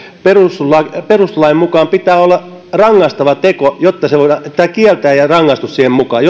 perustuslain perustuslain mukaan pitää olla rangaistava teko jotta voidaan kieltää tämä toiminta ja ottaa rangaistus siihen mukaan